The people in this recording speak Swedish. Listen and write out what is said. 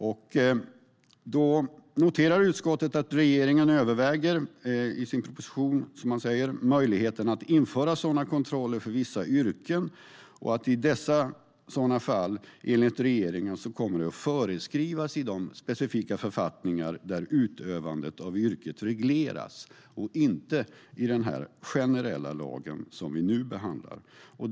Utskottet noterar att regeringen i sin proposition överväger möjligheten att införa sådana kontroller för vissa yrken och att dessa i sådana fall enligt regeringen kommer att föreskrivas i de specifika författningar där utövandet av yrket regleras och inte i den generella lag som vi nu behandlar.